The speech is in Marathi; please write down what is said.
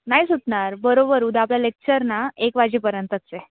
नाही सुटणार बरोबर उद्या आपल्या लेक्चर ना एक वाजेपर्यंतच आहे